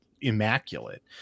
immaculate